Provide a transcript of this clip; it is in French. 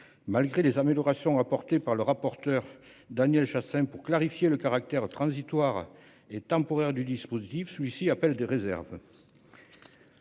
Malgré les améliorations apportées par le rapporteur Daniel Chasseing pour clarifier le caractère transitoire et temporaire du dispositif, celui-ci appelle des réserves.